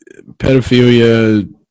pedophilia